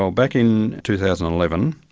um back in two thousand and eleven,